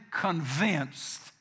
convinced